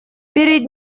перед